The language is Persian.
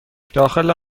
داخل